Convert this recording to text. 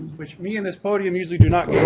which me and this podium usually do not